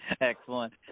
Excellent